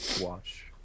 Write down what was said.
watch